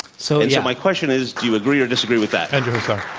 so and yeah my question is, do you agree or disagree with that? andrew huszar.